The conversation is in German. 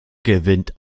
gewinnt